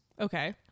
Okay